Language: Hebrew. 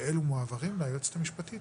ואלו מועברים ליועצת המשפטית,